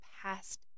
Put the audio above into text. past